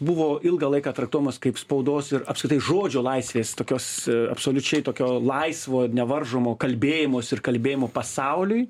buvo ilgą laiką traktuojamas kaip spaudos ir apskritai žodžio laisvės tokios absoliučiai tokio laisvo nevaržomo kalbėjimosi ir kalbėjimo pasauliui